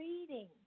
reading